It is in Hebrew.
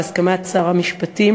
בהסכמת שר המשפטים